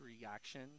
reaction